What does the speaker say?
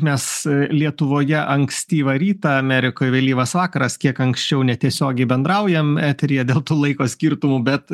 mes lietuvoje ankstyvą rytą amerikoj vėlyvas vakaras kiek anksčiau netiesiogiai bendraujam eteryje dėl tų laiko skirtumų bet